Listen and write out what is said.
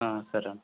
సరే అన్న